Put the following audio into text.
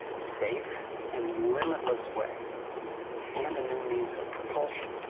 safe and limitless way and a new means of propulsion.